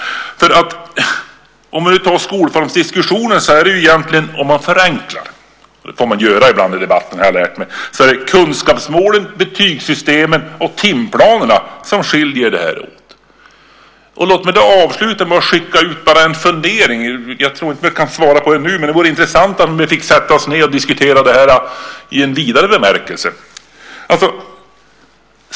Låt oss förenkla skolformsdiskussionen - det får man göra ibland i debatten, det har jag lärt mig. Kunskapsmålen, betygssystemen och timplanerna skiljer. Låt mig få avsluta med en fundering. Jag tror inte att vi kan svara nu, men det vore intressant om vi fick sätta oss ned och diskutera detta i en vidare bemärkelse.